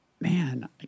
man